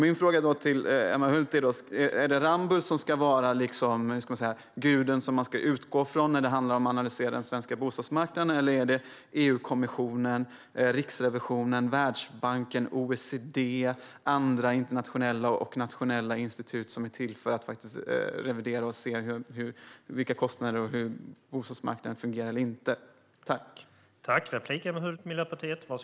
Min fråga till Emma Hult är: Är det Ramböll som ska vara guden som man ska utgå från när det handlar om att analysera den svenska bostadsmarknaden eller är det EU-kommissionen, Riksrevisionen, Världsbanken, OECD och andra internationella och nationella institut som är till för att titta på kostnader och hur bostadsmarknaden fungerar eller inte?